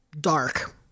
dark